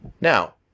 Now